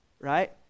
right